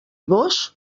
vós